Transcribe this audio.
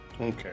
Okay